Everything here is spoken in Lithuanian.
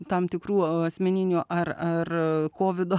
tam tikrų asmeninių ar ar kovido